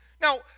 Now